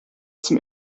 zum